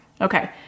Okay